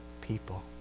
people